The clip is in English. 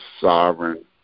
sovereign